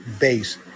base